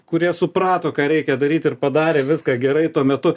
kurie suprato ką reikia daryti ir padarė viską gerai tuo metu